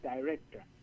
director